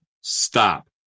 stop